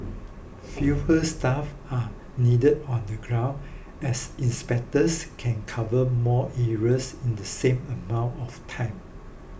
fewer staff are needed on the ground as inspectors can cover more areas in the same amount of time